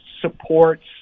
supports